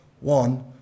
one